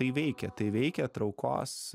tai veikia tai veikia traukos